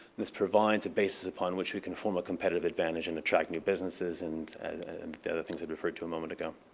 this provides a basis upon which we can form a competitive advantage and attract new businesses and other things i referred to a moment ago.